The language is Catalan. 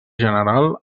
general